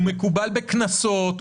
הוא מקובל בקנסות,